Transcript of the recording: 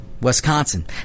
Wisconsin